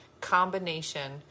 combination